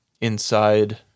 inside